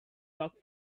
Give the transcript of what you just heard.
rock